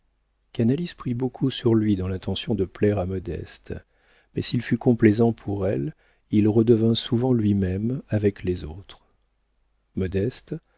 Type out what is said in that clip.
prit beaucoup sur lui dans l'intention de plaire à modeste mais s'il fut complaisant pour elle il redevint souvent lui-même avec les autres modeste